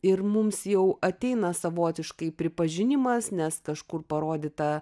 ir mums jau ateina savotiškai pripažinimas nes kažkur parodyta